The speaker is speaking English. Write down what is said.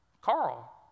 Carl